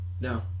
No